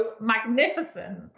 magnificent